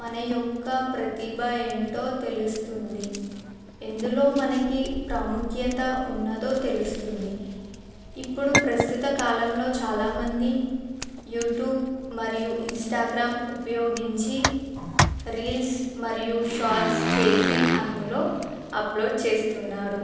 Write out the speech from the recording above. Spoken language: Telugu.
మన యొక్క ప్రతిభ ఏంటో తెలుస్తుంది ఎందులో మనకు ప్రాముఖ్యత ఉన్నదో తెలుస్తుంది ఇప్పుడు ప్రస్తుత కాలంలో చాలామంది యూట్యూబ్ మరియు ఇంన్స్టాగ్రామ్ ఉపయోగించి రీల్స్ మరియు షాట్స్ చేసి అందులో అప్లోడ్ చేస్తున్నారు